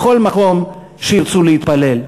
בכל מקום שירצו להתפלל.